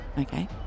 Okay